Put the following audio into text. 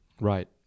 Right